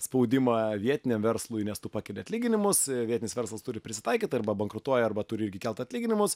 spaudimą vietiniam verslui nes tu pakeli atlyginimus vietinis verslas turi prisitaikyt arba bankrutuoja arba turi irgi kelt atlyginimus